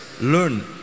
learn